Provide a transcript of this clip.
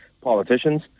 politicians